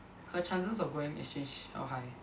her chances of going exchange how high